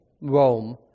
Rome